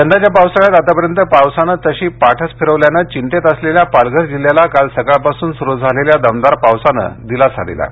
यंदाच्या पावसाळ्यात आतापर्यंत पावसानं तशी पाठच फिरवल्यानं चिंतेत असलेल्या पालघर जिल्ह्याला काल सकाळपासून सुरू झालेल्या दमदार पावसानं दिलासा दिला आहे